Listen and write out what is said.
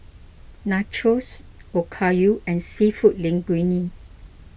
Nachos Okayu and Seafood Linguine